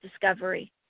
discovery